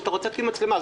כשאתה רוצה להתקין מצלמה,